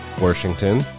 Washington